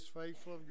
faithful